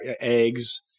eggs